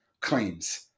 claims